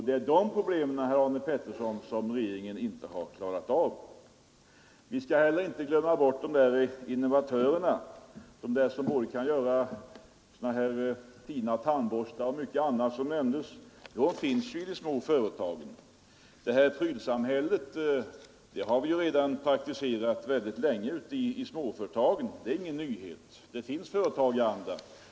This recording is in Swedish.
Det är dessa problem, herr Arne Pettersson, som regeringen inte har klarat av. Vi skall heller inte glömma bort dessa innovatörer som kan göra fina tandborstar och mycket annat som herr Arne Pettersson nämnde. Dessa människor finner man oftast i de små företagen. Prylsamhället har mycket länge praktiserats i småföretagen, det är ingen nyhet. Det finns alltså företagaranda.